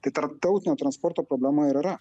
tai tarptautinio transporto problema ir yra